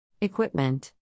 equipment